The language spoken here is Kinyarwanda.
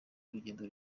urugendo